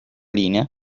linea